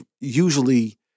usually